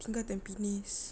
tinggal tampines